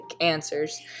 answers